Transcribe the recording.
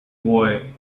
boy